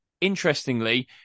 interestingly